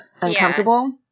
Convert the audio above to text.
uncomfortable